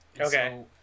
Okay